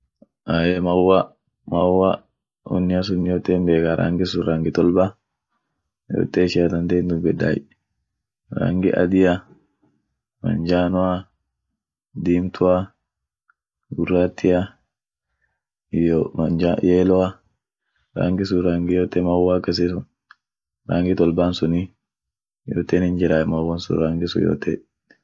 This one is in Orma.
Ahey maua maua wonia sun yote himbekay, rangi sun rangi tolba, yote ishia dandee hindubeday, rangi adia, manjanoa, diimtua, guraatia, iyo yeloa, rangi sun rangi yote maua akasi sun, rangi tolban suni yote hinjiray mauan sun rangi sun yoote.